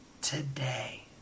today